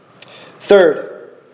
Third